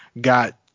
got